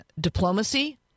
diplomacy